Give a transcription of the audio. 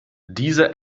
diese